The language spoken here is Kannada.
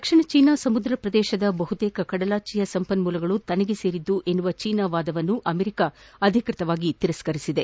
ದಕ್ಷಿಣ ಚೀನಾ ಸಮುದ್ರ ಪ್ರದೇಶದ ಬಹುತೇಕ ಕಡಲಾಚೆಯ ಸಂಪನ್ನೂಲಗಳು ತನಗೆ ಸೇರಿದ್ದು ಎಂಬ ಚೀನಾದ ವಾದವನ್ನು ಅಮೆರಿಕ ಅಧಿಕೃತವಾಗಿ ತಳ್ಳಿಹಾಕಿದೆ